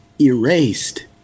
erased